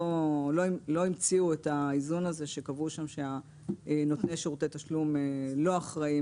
לא המציאו את האיזון הזה שקבעו שנותני שירותי תשלום לא אחראיים